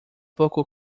poco